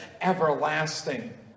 everlasting